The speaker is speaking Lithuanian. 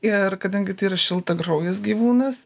ir kadangi tai yra šiltakraujis gyvūnas